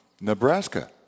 Nebraska